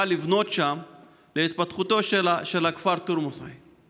לבנות שם להתפתחותו של הכפר תורמוס עיא.